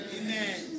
Amen